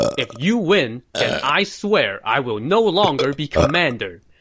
if you win, then i swear i will no longer be commander!